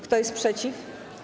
Kto jest przeciw?